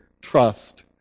trust